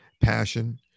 passion